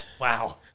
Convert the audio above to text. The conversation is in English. wow